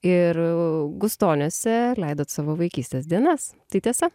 ir gustoniuose leidot savo vaikystės dienas tai tiesa